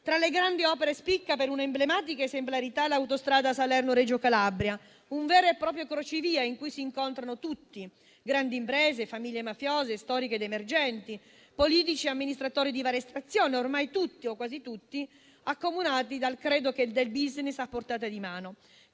Tra le grandi opere spicca per un'emblematica esemplarità l'autostrada Salerno-Reggio Calabria, un vero e proprio crocevia in cui si incontrano tutti, grandi imprese, famiglie mafiose storiche ed emergenti, politici e amministratori di varia estrazione, ormai tutti o quasi tutti accomunati dal credo del *business* a portata di mano.